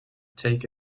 take